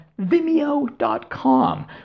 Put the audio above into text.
Vimeo.com